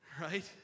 right